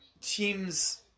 teams